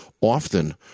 often